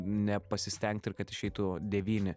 nepasistengti ir kad išeitų devyni